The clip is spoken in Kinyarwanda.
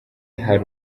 hari